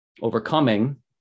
overcoming